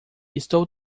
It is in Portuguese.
estou